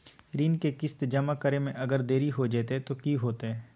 ऋण के किस्त जमा करे में अगर देरी हो जैतै तो कि होतैय?